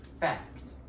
fact